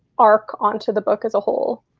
arc on to the book as a whole?